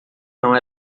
não